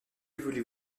voulez